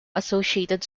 associated